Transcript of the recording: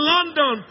London